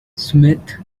smith